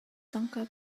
tangka